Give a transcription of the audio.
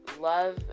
Love